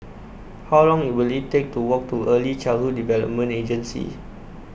How Long Will IT Take to Walk to Early Childhood Development Agency